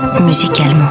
musicalement